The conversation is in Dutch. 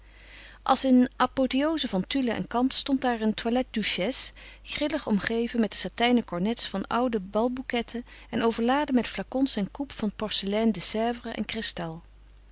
als een apotheoze van tulle en kant stond daar een toilette duchesse grillig omgeven met de satijnen cornets van oude balbouquetten en overladen met flacons en coupes van porcelaine de sèvres en kristal